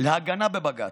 להגנה בבג"ץ.